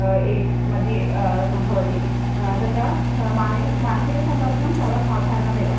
age मध्ये सम्भवति तत्र माने मानसिकसम्मर्दं सर्वसाधारणमेव